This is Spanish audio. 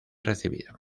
recibido